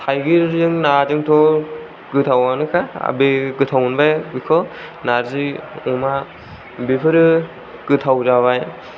थायगिरजों नाजोंथ' गोथावानोखा आ बे गोथाव मोनबाय बेखौ नारजि अमा बेफोरो गोथाव जाबाय